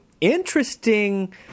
Interesting